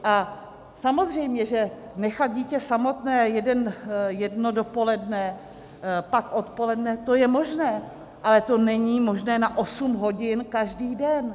A samozřejmě že nechat dítě samotné jedno dopoledne, pak odpoledne, to je možné, ale to není možné na osm hodin každý den!